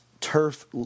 turf